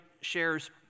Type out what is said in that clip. shares